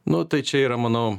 nu tai čia yra manau